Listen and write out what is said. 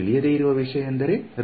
ತಿಳಿಯದೆ ಇರುವ ವಿಷಯ ಎಂದರೆ ರೋ